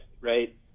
right